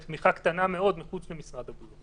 בתמיכה קטנה מאוד מחוץ למשרד הבריאות.